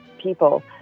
people